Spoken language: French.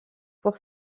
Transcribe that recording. pour